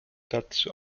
dazu